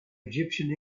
egyptian